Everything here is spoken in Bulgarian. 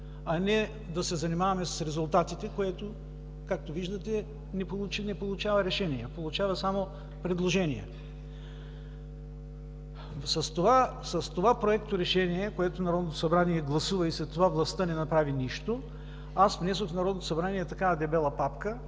а не да се занимаваме с резултатите, което, както виждате, не получава решение, а получава само предложения. С това Проекторешение, което Народното събрание гласува, и след това властта не направи нищо, аз внесох в Народното събрание ей такава дебела папка